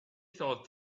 thought